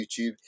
YouTube